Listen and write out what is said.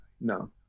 No